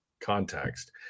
context